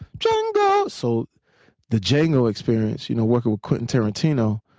django. so the django experience, you know working with quentin tarantino,